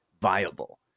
viable